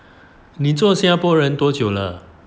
你做新加坡人多久了